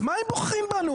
אז מה אם בוחרים בנו?